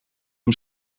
hem